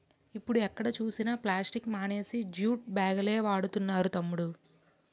ఇప్పుడు ఎక్కడ చూసినా ప్లాస్టిక్ మానేసి జూట్ బాగులే వాడుతున్నారు తమ్ముడూ